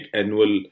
annual